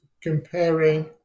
comparing